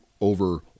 over